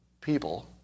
people